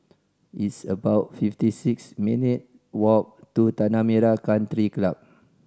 it's about fifty six minute walk to Tanah Merah Country Club